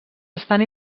estan